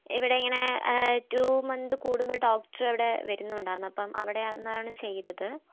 ഇവിടെ ഇങ്ങനെ two month കൂടുമ്പോൾ ഡോക്ടറ് ഇവിടെ വരുന്നുണ്ടായിരുന്നു അപ്പം അവിടെന്നാണ് ചെയ്തത്